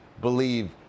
believe